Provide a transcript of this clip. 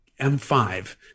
m5